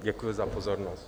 Děkuji za pozornost.